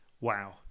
wow